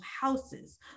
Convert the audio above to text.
houses